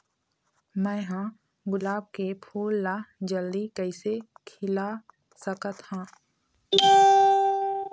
मैं ह गुलाब के फूल ला जल्दी कइसे खिला सकथ हा?